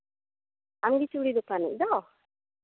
ᱟᱢᱜᱮ ᱪᱩᱲᱤ ᱫᱚᱠᱟᱱᱤᱡ ᱫᱚ